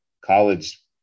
college